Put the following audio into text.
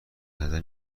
نظر